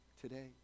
today